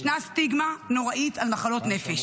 ישנה סטיגמה נוראית על מחלות נפש,